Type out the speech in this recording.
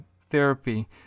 therapy